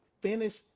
finish